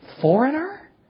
foreigner